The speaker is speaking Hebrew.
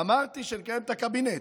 אמרתי שנקיים את הקבינט,